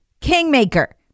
Kingmaker